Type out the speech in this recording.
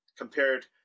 compared